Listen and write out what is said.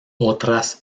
otras